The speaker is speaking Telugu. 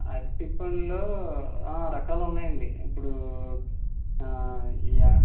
అరటిపళ్ళు రకాలున్నాయండి ఇప్పుడూ ఇయా